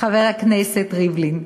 חבר הכנסת ריבלין,